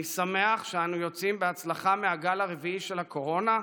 אני שמח שאנו יוצאים בהצלחה מהגל הרביעי של הקורונה,